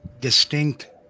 distinct